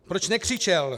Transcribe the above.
Proč nekřičel?